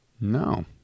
No